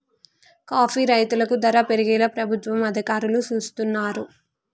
coffee రైతులకు ధర పెరిగేలా ప్రభుత్వ అధికారులు సూస్తున్నారు